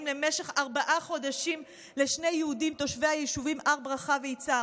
למשך ארבעה חודשים על שני יהודים תושבי היישובים הר ברכה ויצהר.